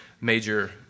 major